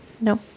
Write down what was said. No